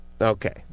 Okay